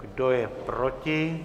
Kdo je proti?